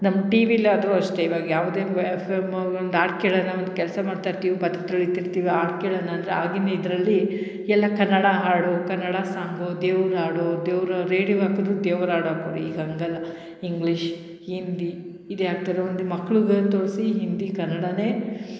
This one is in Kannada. ನಮ್ಮ ಟೀ ವಿಲಾದರೂ ಅಷ್ಟೆ ಇವಾಗ ಯಾವುದೇ ಒಂದು ಎಫ್ ಎಮ್ ಹೋಗ್ ಒಂದು ಹಾಡ್ ಕೇಳೋಣ ಒಂದು ಕೆಲಸ ಮಾಡ್ತಾ ಇರ್ತೀವಿ ಪಾತ್ರೆ ತೊಳಿತಿರ್ತೀವಿ ಹಾಡ್ ಕೇಳೋಣ ಅಂದರೆ ಆಗಿನ ಇದರಲ್ಲಿ ಎಲ್ಲ ಕನ್ನಡ ಹಾಡು ಕನ್ನಡ ಸಾಂಗು ದೇವ್ರ ಹಾಡು ದೇವರ ರೇಡಿಯೊ ಹಾಕಿದ್ರು ದೇವ್ರ ಹಾಡ್ ಹಾಕೋರ್ ಈಗ ಹಾಗಲ್ಲ ಇಂಗ್ಲಿಷ್ ಹಿಂದಿ ಇದೆ ಹಾಕ್ತಿರೋ ಹಿಂದಿ ಕನ್ನಡನೆ